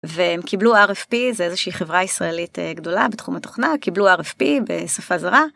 והם קיבלו rfp זה איזושהי חברה ישראלית גדולה בתחום התוכנה קיבלו rfp בשפה זרה.